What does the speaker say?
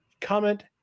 comment